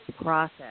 process